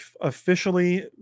officially